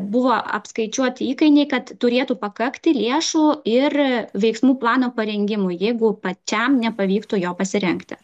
buvo apskaičiuoti įkainiai kad turėtų pakakti lėšų ir veiksmų plano parengimui jeigu pačiam nepavyktų jo pasirengti